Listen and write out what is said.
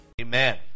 Amen